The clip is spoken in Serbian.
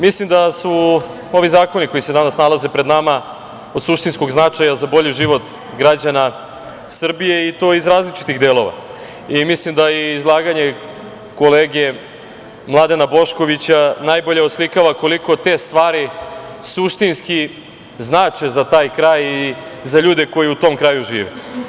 Mislim da su ovi zakoni koji se danas nalaze pred nama od suštinskog značaja za bolji život građana Srbije i to iz različitih delova i mislim da izlaganje kolege Mladena Boškovića najbolje oslikava koliko te stvari suštinski znače za taj kraj i za ljude koji u tom kraju žive.